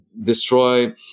destroy